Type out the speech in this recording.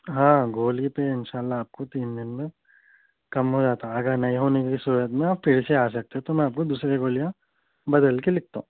ہاں گولی تو انشااللہ آپ کو تین دن میں کم ہو جاتا ہے اگر نہیں ہونے کی صورت میں آب پھر سے آ جاتے تو میں آپ کو دوسری گولیاں بدل کے لکھتا ہوں